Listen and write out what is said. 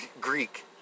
Greek